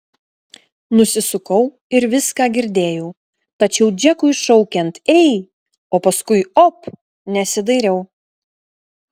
nusisukau ir viską girdėjau tačiau džekui šaukiant ei o paskui op nesidairiau